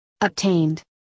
obtained